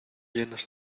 llenas